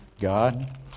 God